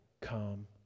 come